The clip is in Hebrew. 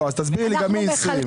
לא, תסבירי לי מ-2020.